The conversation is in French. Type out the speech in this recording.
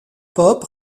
pope